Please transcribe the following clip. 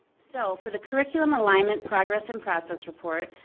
so for the curriculum alignment progress and process report,